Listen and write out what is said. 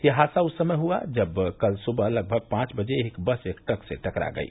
यह हादसा उस समय हुआ जब कल सुवह लगभग पांच बजे एक बस एक ट्रक से टकरा गयी